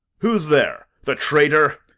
who's there? the traitor?